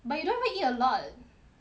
but you don't even eat a lot